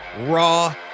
raw